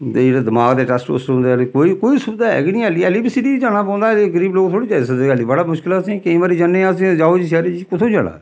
ते जेह्ड़े दिमाग दे टैस्ट टूस्ट होंदे कोई कोई सुविधा ऐ न हल्ली बी हल्ली बी सिटी च जाना पौंदा ते गरीब लोक थोह्ड़ी जाई सकदे हल्ली बी बड़ा मुश्कल ऐ असें केईं बारी जन्ने आं अस जाओ जी शैह्रै जी कु'त्थें जाना